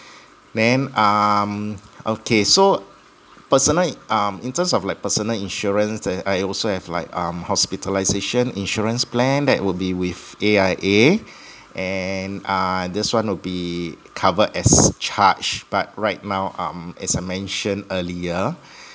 then um okay so personal um in terms of like personal insurance the I also have like um hospitalisation insurance plan that will be with A_I_A and uh this one will be covered as charged but right now um as I mentioned earlier